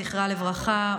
זכרה לברכה,